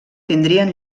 tindrien